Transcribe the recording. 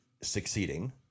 succeeding